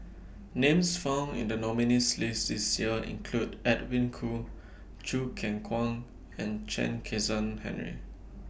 Names found in The nominees' list This Year include Edwin Koo Choo Keng Kwang and Chen Kezhan Henri